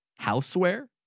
houseware